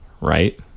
Right